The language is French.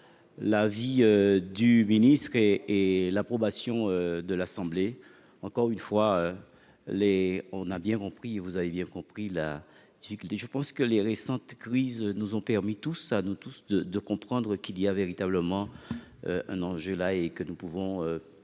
l'avis du ministre et et l'approbation de l'Assemblée, encore une fois les on a bien compris, vous avez bien compris la difficulté, je pense que les récentes crises nous ont permis, tout ça nous tous de de comprendre qu'il y a véritablement un enjeu là et que nous pouvons